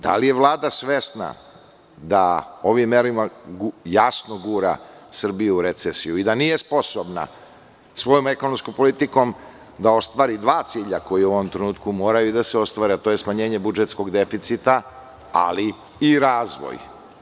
Da li je Vlada svesna da ovim merama jasno gura Srbiju u recesiju i da nije sposobna svojom ekonomskom politikom da ostvari dva cilja koji u ovom trenutku moraju da se ostvare, a to je smanjenje budžetskog deficita, ali i razvoj?